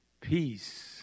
peace